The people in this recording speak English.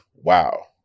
wow